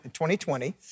2020